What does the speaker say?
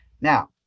Now